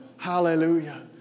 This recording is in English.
Hallelujah